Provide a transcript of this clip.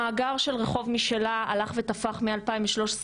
המאגר של 'רחוב משלה' הלך ותפח מ- 2013,